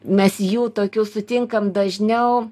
mes jų tokių sutinkam dažniau